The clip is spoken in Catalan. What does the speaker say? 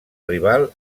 rival